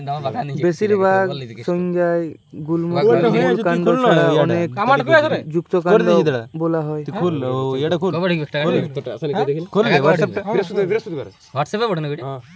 বেশিরভাগ সংজ্ঞায় গুল্মকে মূল কাণ্ড ছাড়া অনেকে যুক্তকান্ড বোলা হয়